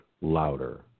louder